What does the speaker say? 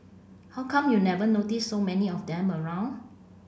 how come you never noticed so many of them around